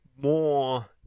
more